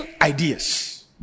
ideas